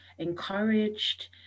Encouraged